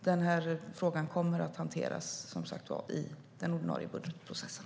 Den här frågan kommer som sagt att hanteras i den ordinarie budgetprocessen.